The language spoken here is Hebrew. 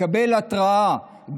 לקבל התראה,